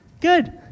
Good